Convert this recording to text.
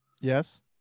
Yes